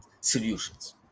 solutions